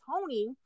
Tony